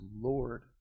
Lord